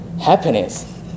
happiness